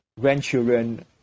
grandchildren